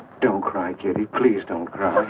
don't cry cutie please don't cry.